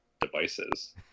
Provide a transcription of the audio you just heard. devices